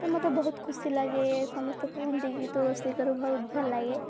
ତ ମତେ ବହୁତ ଖୁସି ଲାଗେ ସମସ୍ତେ କହନ୍ତି କି ତୁ ରୋଷେଇ କରୁ ବହୁତ ଭଲ ଲାଗେ